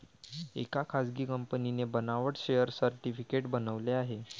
एका खासगी कंपनीने बनावट शेअर सर्टिफिकेट बनवले आहे